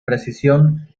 precisión